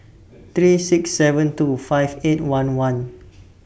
three six seven two five eight one one